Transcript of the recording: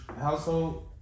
household